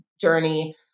journey